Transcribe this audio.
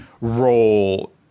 role